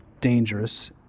dangerous